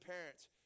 parents